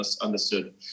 understood